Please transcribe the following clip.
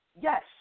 Yes